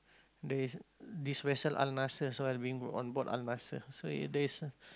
there is this vessel Al-Naser so I being on board Al-Naser so is there is